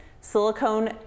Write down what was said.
silicone